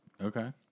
Okay